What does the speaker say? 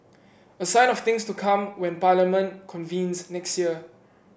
a sign of things to come when Parliament convenes next year